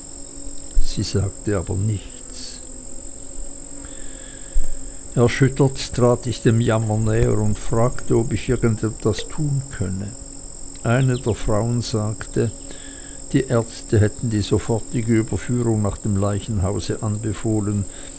sie sagte aber nichts erschüttert trat ich dem jammer näher und fragte ob ich irgend etwas tun könne eine der frauen sagte die ärzte hätten die sofortige überführung nach dem leichenhause anbefohlen